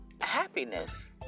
happiness